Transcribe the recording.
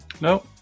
No